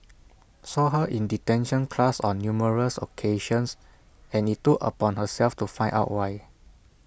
saw her in detention class on numerous occasions and IT took upon herself to find out why